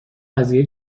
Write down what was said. قضیه